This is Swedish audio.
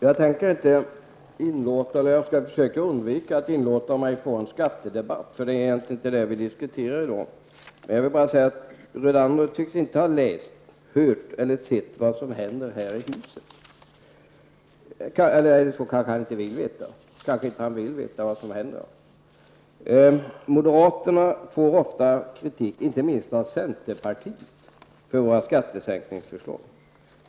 Fru talman! Jag skall försöka undvika att inlåta mig på en skattedebatt. Det är egentligen inte skatter som vi diskuterar i dag. Jag vill bara säga att herr Brunander inte tycks ha läst Höök eller ha sett vad som händer i här i huset. Kanske vill han inte veta vad som händer. Vi moderater får ofta kritik, inte minst från centerpartiet, för våra skattesänkningsförslag.